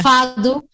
Fado